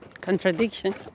contradiction